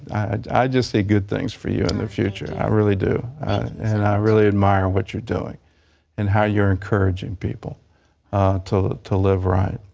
i just see good things for you in the future, i really do. and i really admire what you're doing and how you're encouraging people to to live right.